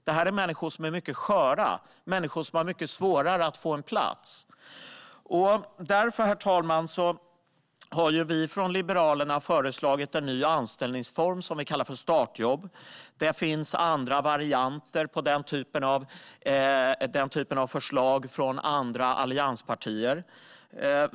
Detta är människor som är mycket sköra och som har mycket svårare att få en plats. Därför, herr talman, har vi i Liberalerna föreslagit en ny anställningsform som vi kallar för startjobb. Det finns andra varianter på den typen av förslag hos andra allianspartier.